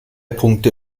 punkte